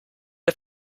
der